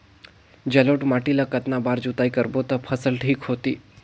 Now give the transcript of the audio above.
जलोढ़ माटी ला कतना बार जुताई करबो ता फसल ठीक होती?